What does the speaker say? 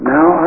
Now